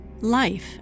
Life